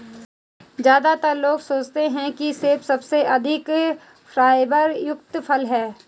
ज्यादातर लोग सोचते हैं कि सेब सबसे अधिक फाइबर युक्त फल है